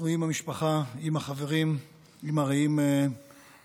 אנחנו עם המשפחה, עם החברים, עם הרעים לנשק.